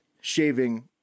shaving